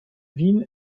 wien